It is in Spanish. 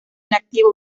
inactivo